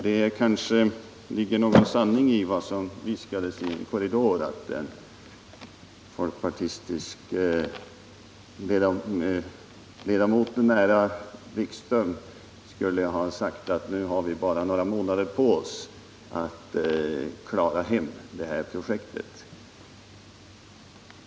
Det kanske ligger någon sanning i vad som viskades i en korridor, att en Jan-Erik Wikström närstående folkpartistisk ledamot skulle ha sagt, att nu har vi bara några månader på oss att klara hem det här projektet.